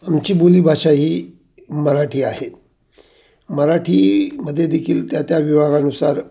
आमची बोली भाषा ही मराठी आहे मराठीमध्ये देखील त्या त्या विभागानुसार